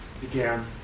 began